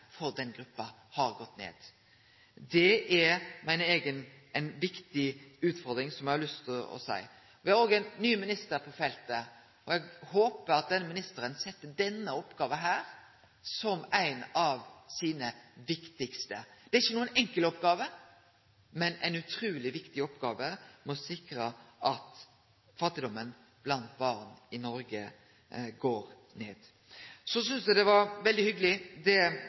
for den gruppa har gått ned, er det ei viktig utfordring som eg har lyst til å nemne. Me har òg ein ny minister på feltet, og eg håpar at denne ministeren set denne oppgåva som ei av sine viktigaste. Det er ikkje noka enkel oppgåve, men ei utruleg viktig oppgåve – å sikre at fattigdommen blant barn i Noreg går ned. Eg synest det var veldig hyggeleg det